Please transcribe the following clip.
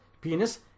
Penis